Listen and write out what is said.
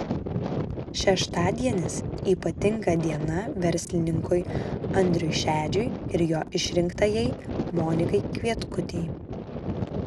šeštadienis ypatinga diena verslininkui andriui šedžiui ir jo išrinktajai monikai kvietkutei